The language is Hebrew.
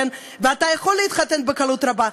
ואתה יכול להתחתן בקלות רבה,